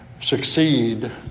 succeed